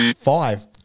five